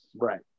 Right